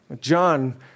John